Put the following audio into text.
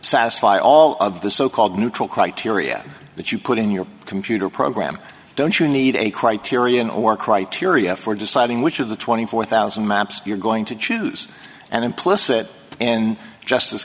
satisfy all of the so called neutral criteria that you put in your computer program to but you need a criterion or criteria for deciding which of the twenty four thousand maps you're going to choose and implicit and justice